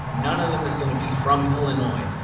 none of them is going to be from illinois.